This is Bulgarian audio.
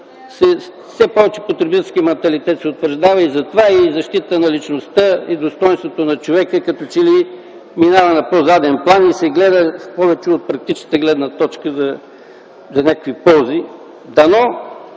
утвърждава потребителския манталитет. Затова и защитата на личността и достойнството на човека като че ли минават на по-заден план и се гледа повече от практичната гледна точка - за някакви ползи. Дано